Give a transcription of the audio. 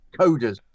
Coders